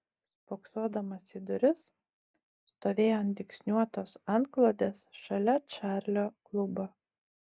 spoksodamas į duris stovėjo ant dygsniuotos antklodės šalia čarlio klubo